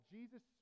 Jesus